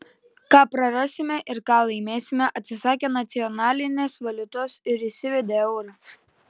ką prarasime ir ką laimėsime atsisakę nacionalinės valiutos ir įsivedę eurą